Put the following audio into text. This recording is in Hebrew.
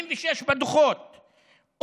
76 בדוחות,